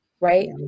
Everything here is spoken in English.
right